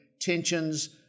tensions